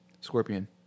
Scorpion